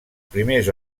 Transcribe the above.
primers